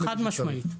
חד משמעית.